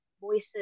voices